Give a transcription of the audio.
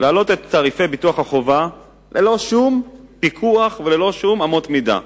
להעלות את תעריפי ביטוח החובה ללא שום פיקוח וללא שום אמות מידה.